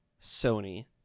Sony